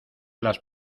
las